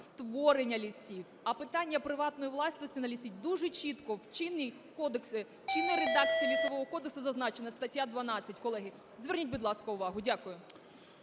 створення лісів. А питання приватної власності на ліси дуже чітко в чинному кодексі, в чинній редакції Лісового кодексу зазначена стаття 12. Колеги, зверніть, будь ласка, увагу. Дякую.